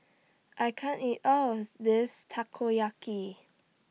I can't eat All of This Takoyaki